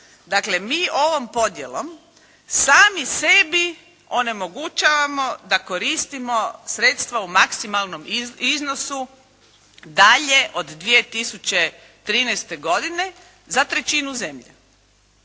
Dakle mi ovom podjelom sami sebi onemogućavamo da koristimo sredstva u maksimalnom iznosu dalje od 2013. godine za trećinu zemlje